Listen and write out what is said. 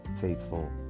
faithful